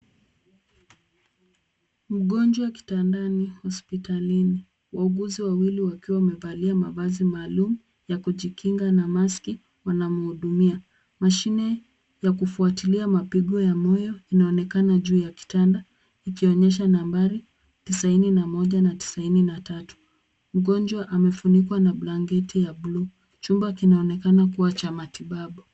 Mgonjwa kitandani, hospitalini. Wauguzi wawili wakiwa wamevalia mavazi maalum ya kujikinga na maski , wanamhudumia. Mashine ya kufuatilia mapigo ya moyo inaonekana juu ya kitanda, ikionyesha nambari tisaini na moja na tisaini na tatu. Mgonjwa amefunikwa na blanketi ya bluu. Chumba kinaonekana kuwa cha matibabu.